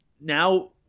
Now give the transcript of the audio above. now